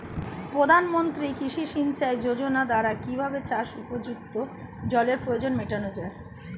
প্রধানমন্ত্রী কৃষি সিঞ্চাই যোজনার দ্বারা কিভাবে চাষ উপযুক্ত জলের প্রয়োজন মেটানো য়ায়?